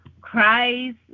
Christ